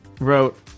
Wrote